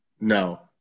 No